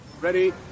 Ready